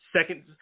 second